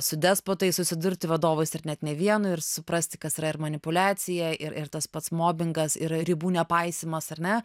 su despotais susidurti vadovais ir net ne vienu ir suprasti kas yra ir manipuliacija ir ir tas pats mobingas ir ribų nepaisymas ar ne